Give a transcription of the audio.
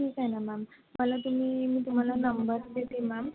ठीक आहे ना मॅम मला तुम्ही मी तुम्हाला नंबर देते मॅम